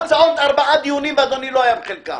היו הרצאות ארבעה דיונים ואדוני לא היה בחלקם.